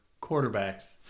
quarterbacks